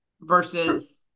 versus